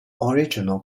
original